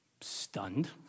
Stunned